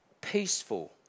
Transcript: peaceful